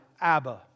Abba